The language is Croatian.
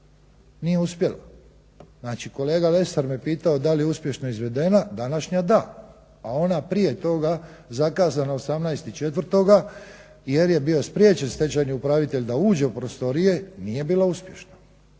nije uspjela. Znači kolega Lesar me pitao da li je uspješno izvedena? Današnja da, a ona prije toga zakazana 18.04. jer je bio spriječen stečajni upravitelj da uđe u prostorije nije bila uspješna.